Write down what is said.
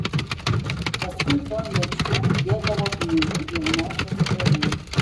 paskui ton lėkštėn dėdavo pinigų jaunosios tėvai